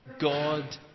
god